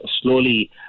slowly